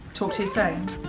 talk to so